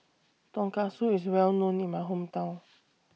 Tonkatsu IS Well known in My Hometown